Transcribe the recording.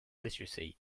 literacy